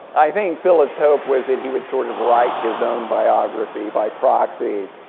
i think philip's hope was that he would sort of write his own biography by proxy.